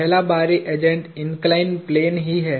पहला बाहरी agent inclined plane ही है